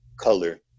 color